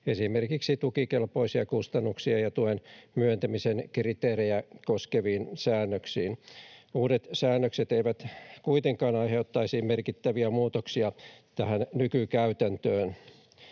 esimerkiksi tukikelpoisia kustannuksia ja tuen myöntämisen kriteerejä koskeviin säännöksiin. Uudet säännökset eivät kuitenkaan aiheuttaisi merkittäviä muutoksia tähän nykykäytäntöön.